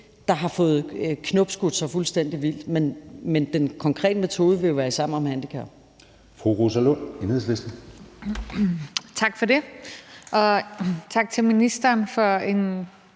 der har fået knopskudt sig fuldstændig vildt. Men den konkrete metode vil jo være i Sammen om handicap.